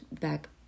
back